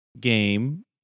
game